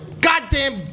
goddamn